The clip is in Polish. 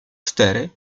cztery